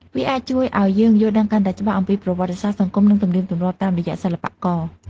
វាអាចជួយឲ្យយើងយល់ដឹងកាន់តែច្បាស់អំពីប្រវត្តិសាស្ត្រ សង្គម និងទំនៀមទម្លាប់តាមរយៈសិល្បករ។